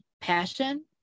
Passion